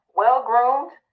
well-groomed